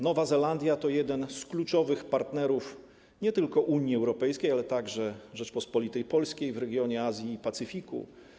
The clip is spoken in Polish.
Nowa Zelandia to jeden z kluczowych partnerów nie tylko Unii Europejskiej, ale także Rzeczypospolitej Polskiej w regionie Azji i Pacyfiku.